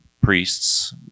priests